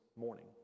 morning